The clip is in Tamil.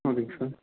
ஓகேங்க சார்